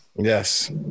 Yes